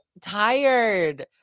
tired